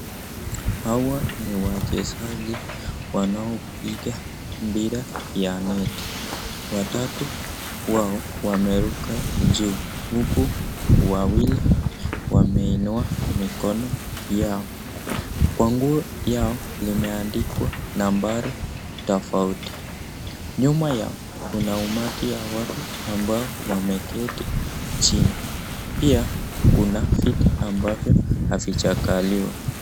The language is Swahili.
Hawa ni wachezaji wanaopiga mpira ya neti. Watatu wao wameruka juu huku wawili wameinua mikono yao. Kwa nguo yao limeandikwa nambari tofauti, nyuma yao kuna umati ya watu ambao wameketi chini, pia kuna viti ambavyo havijakaliwa.